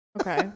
Okay